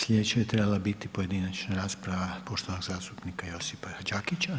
Sljedeća je trebala biti pojedinačna rasprava poštovanog zastupnika Josipa Đakića.